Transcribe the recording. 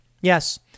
Yes